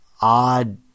Odd